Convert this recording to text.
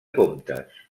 comptes